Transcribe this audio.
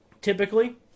typically